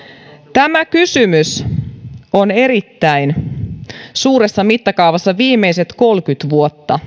tämä kysymys on erittäin tärkeä suuressa mittakaavassa viimeiset kolmekymmentä vuotta